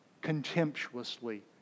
contemptuously